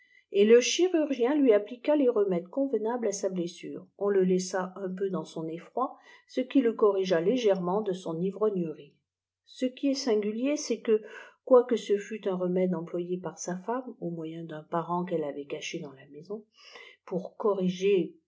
et le chirurgiea lui appliqua les remèdes convenables à sa uessure on le laissa un peu dans son effroi ce qui le corrigea légèrement de sou ivrognerie ce qui est singulier c'çst que quoique ce fût ua remède employé par sa femme au moyen d'un parant qu'elle avait fait cacher dans la maison pour corriger